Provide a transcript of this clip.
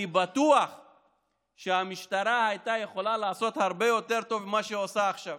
אני בטוח שהמשטרה הייתה יכולה לעשות הרבה יותר טוב ממה שהיא עושה עכשיו.